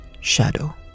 shadow